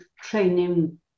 training